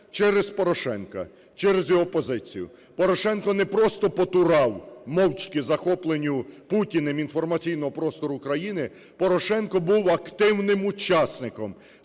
через Порошенка, через його позицію. Порошенко не просто потурав мовчки захопленню Путіним інформаційного простору країни. Порошенко був активним учасником